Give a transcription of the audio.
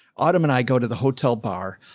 autumn, and i go to the hotel bar.